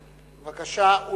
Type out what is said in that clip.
בבקשה.